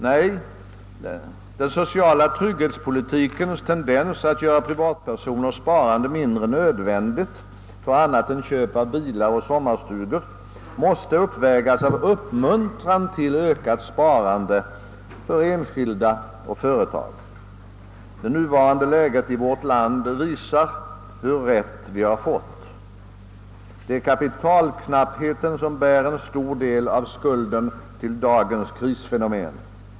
Nej, den sociala trygghetspolitikens tendens att göra privatpersoners sparande mindre nödvändigt för annat än köp av bilar och sommarstugor måste ersättas av uppmuntran till ökat sparande för enskilda och företag. Det nuvarande läget i vårt land visar hur rätt vi har fått. Det är kapitalknappheten som bär en stor del av skulden till dagens krisfenomen.